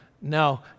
No